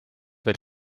veel